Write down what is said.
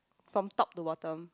from top to bottom